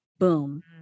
boom